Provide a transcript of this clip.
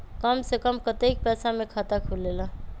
कम से कम कतेइक पैसा में खाता खुलेला?